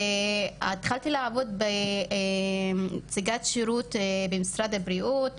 התחלתי לעבוד כנציגת שירות במשרד הבריאות,